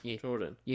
Jordan